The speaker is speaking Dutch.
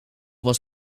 was